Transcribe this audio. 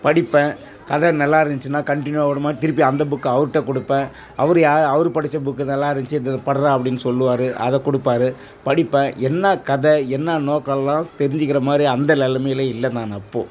படிப்பேன் கதை நல்லா இருந்துச்சுன்னா கன்டினியூவாக ஒரு மாதிரி திருப்பி அந்த புக்கை அவர்கிட்ட கொடுப்பேன் அவர் யா அவர் படிச்ச புக்கு நல்லா இருந்துச்சு இதை பட்ரா அப்படின்னு சொல்லுவாரு அதை கொடுப்பாரு படிப்பேன் என்ன கதை என்ன நோக்கம்லாம் தெரிஞ்சுக்கிற மாதிரி அந்த நிலமையில இல்லை நான் அப்போது